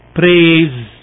praise